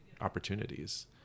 opportunities